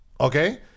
Okay